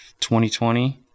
2020